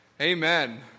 Amen